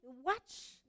watch